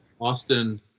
Austin